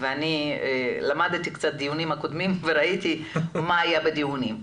ואני למדתי קצת את הדיונים הקודמים וראיתי מה היה בדיונים.